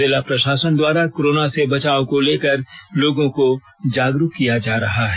जिला प्रशासन द्वारा कोरोना से बचाव को लेकर लोगों को जागरुक किया जा रहा है